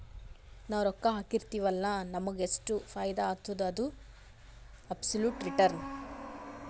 ನಾವ್ ರೊಕ್ಕಾ ಹಾಕಿರ್ತಿವ್ ಅಲ್ಲ ನಮುಗ್ ಎಷ್ಟ ಫೈದಾ ಆತ್ತುದ ಅದು ಅಬ್ಸೊಲುಟ್ ರಿಟರ್ನ್